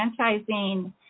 Franchising